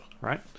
right